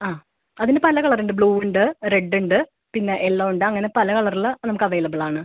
ആ അതിന് പല കളറുണ്ട് ബ്ലൂ ഉണ്ട് റെ ഉണ്ട് പിന്നെ യെല്ലോ ഉണ്ട് അങ്ങനെ പല കളറുകൾ നമുക്ക് അവൈലബിളാണ്